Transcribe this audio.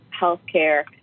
healthcare